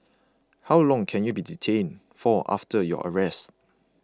how long can you be detained for after your arrest